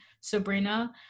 Sabrina